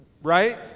Right